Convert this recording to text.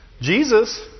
Jesus